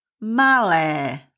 Male